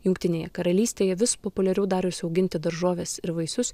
jungtinėje karalystėje vis populiariau darosi auginti daržoves ir vaisius